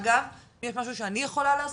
אגב יש משהו שאני יכולה לעשות?